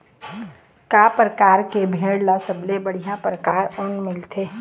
का परकार के भेड़ ले सबले बढ़िया परकार म ऊन मिलथे?